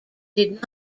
did